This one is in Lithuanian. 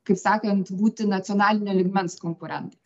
kaip sakant būti nacionalinio lygmens konkurentais